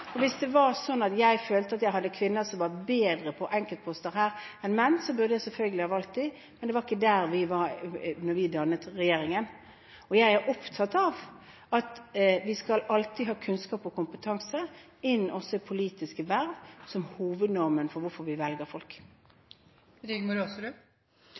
Hvis det var slik at jeg følte at jeg hadde kvinner som var bedre på enkeltposter her enn menn, burde jeg selvfølgelig ha valgt dem, men det var ikke der vi var da vi dannet regjering. Jeg er opptatt av at vi som en hovednorm for hvorfor vi velger folk, alltid skal ha kunnskap og kompetanse inn også i politiske verv. Jeg vil takke statsministeren for